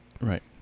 Right